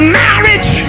marriage